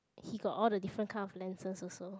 he got all the different kind of lenses also